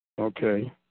Okay